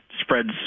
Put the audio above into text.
spreads